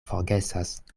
forgesas